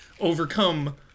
overcome